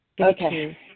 Okay